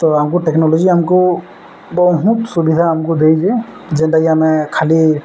ତ ଆମ୍କୁ ଟେକ୍ନୋଲୋଜି ଆମ୍କୁ ବହୁତ ସୁବିଧା ଆମକୁ ଦେଇଚେ ଯେନ୍ତାକି ଆମେ ଖାଲି